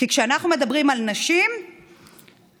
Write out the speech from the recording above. כשאנחנו מדברים על תעסוקת נשים בצפון,